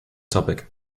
topic